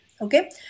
okay